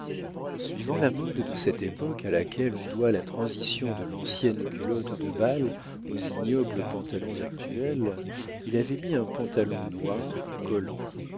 suivant la mode de cette époque à laquelle on doit la transition de l'ancienne culotte de bal aux ignobles pantalons actuels il avait mis un pantalon noir collant